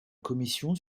commission